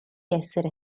essere